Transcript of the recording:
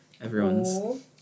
everyone's